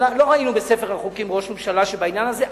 לא ראינו בספר החוקים ראש ממשלה בעניין הזה.